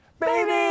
baby